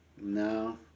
No